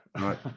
right